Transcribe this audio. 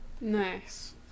nice